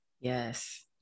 Yes